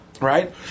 Right